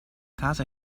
casa